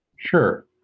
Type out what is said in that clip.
Sure